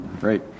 Great